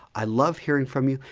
i love hearing from you.